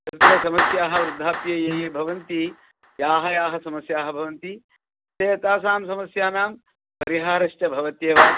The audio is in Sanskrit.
तत्र समस्याः वृद्धाप्ये ये ये भवन्ति याः याः समस्याः भवन्ति एतासां समस्यानां परिहारश्च भवत्येव